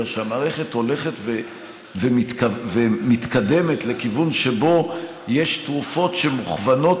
אלא שהמערכת הולכת ומתקדמת לכיוון שבו יש תרופות שמכוונות